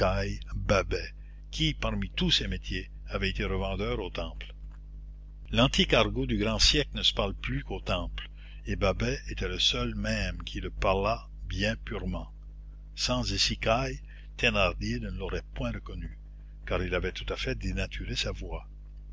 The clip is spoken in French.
babet qui parmi tous ses métiers avait été revendeur au temple l'antique argot du grand siècle ne se parle plus qu'au temple et babet était le seul même qui le parlât bien purement sans icicaille thénardier ne l'aurait point reconnu car il avait tout à fait dénaturé sa voix